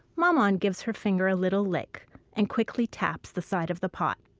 maman gives her finger a little lick and quickly taps the side of the pot.